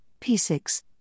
P6